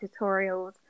tutorials